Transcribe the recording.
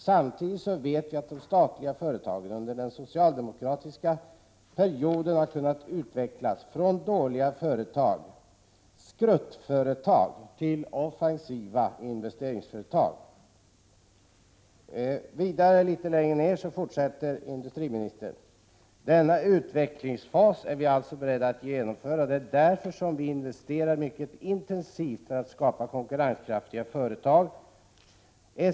Samtidigt vet vi att de statliga företagen under den socialdemokratiska perioden har kunnat utvecklas från dåliga företag, skruttföretag, till offensiva investeringsföretag.” Litet längre fram fortsätter industriministern: ”Denna utvecklingsfas är vi alltså beredda att genomföra, och det är därför som vi investerar mycket intensivt för att skapa konkurrenskraftiga företag.